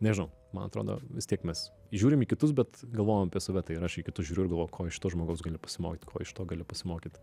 nežinau man atrodo vis tiek mes žiūrim į kitus bet galvojam apie save tai ir aš į kitus žiūriu ir galvoju ko iš šito žmogaus galiu pasimokyt ko iš šito galiu pasimokyt